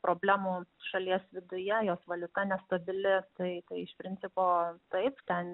problemų šalies viduje jos valiuta nestabili tai tai iš principo taip ten